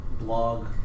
blog